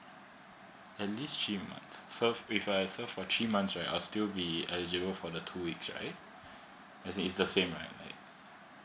at least she might served if i served for three months right i'll still be eligible for the two weeks right is is the same right like